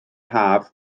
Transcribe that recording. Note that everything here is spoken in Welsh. haf